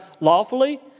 lawfully